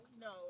no